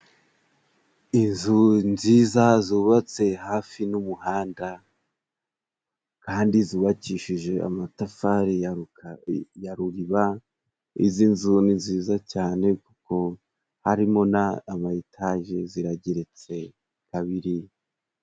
Inzu nziza zubatse hafi n'umuhanda kandi zubakishije amatafari ya ya Ruliba, izi nzu ni nziza cyane kuko harimo n'ama etaje zirageretse kabiri.